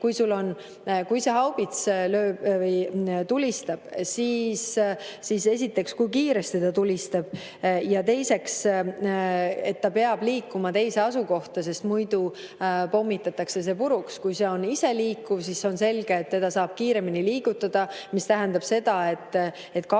kui haubits tulistab, siis esiteks [on oluline], kui kiiresti ta tulistab, ja teiseks see, et ta peab suutma liikuma teise asukohta, sest muidu pommitatakse ta puruks. Kui ta on iseliikuv, siis on selge, et teda saab kiiremini liigutada, mis tähendab seda, et